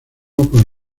con